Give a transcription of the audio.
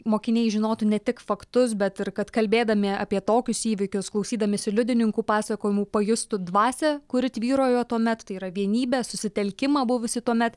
mokiniai žinotų ne tik faktus bet ir kad kalbėdami apie tokius įvykius klausydamiesi liudininkų pasakojimų pajustų dvasią kuri tvyrojo tuomet tai yra vienybę susitelkimą buvusį tuomet